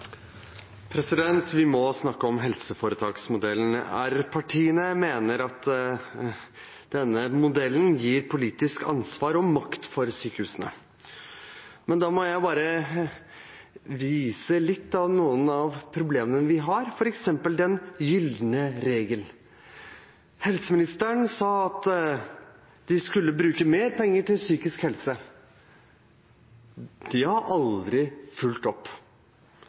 Vi må snakke om helseforetaksmodellen. Regjeringspartiene mener at denne modellen gir politisk ansvar og makt til sykehusene. Men da må jeg bare vise litt til noen av problemene vi har, f.eks. den gylne regel. Helseministeren sa at de skulle bruke mer penger på psykisk helse. Det har de aldri fulgt opp.